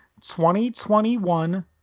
2021